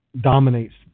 dominates